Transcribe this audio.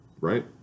right